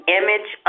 image